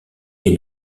est